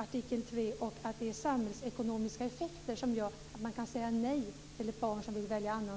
artikel 3 och samhällsekonomiska effekter som skäl till att man säger nej.